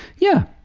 yeah,